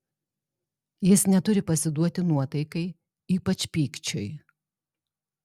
jis neturi pasiduoti nuotaikai ypač pykčiui